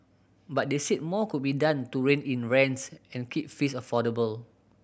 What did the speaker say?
but they said more could be done to rein in rents and keep fees affordable